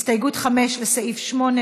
ההסתייגות של קבוצת סיעת יש עתיד,